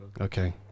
Okay